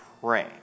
pray